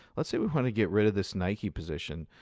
let's say we want to get rid of this nike position.